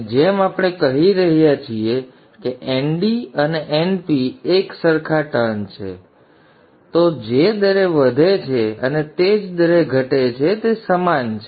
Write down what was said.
અને જેમ આપણે કહી રહ્યા છીએ કે Nd અને Np એક સરખા ટર્ન છે એક એક છે તો તે જે દરે વધે છે અને જે દરે તે ઘટે છે તે દર સમાન છે